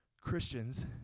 Christians